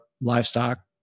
livestock